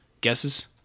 Guesses